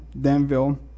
Danville